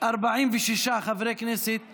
46 חברי כנסת נגד.